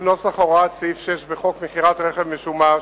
נוסח הוראת סעיף 6 בחוק מכירת רכב משומש.